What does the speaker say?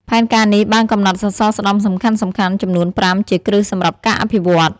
ផែនការនេះបានកំណត់សសរស្តម្ភសំខាន់ៗចំនួន៥ជាគ្រឹះសម្រាប់ការអភិវឌ្ឍ។